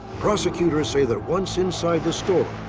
prosecutors say that once inside the store,